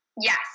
Yes